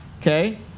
okay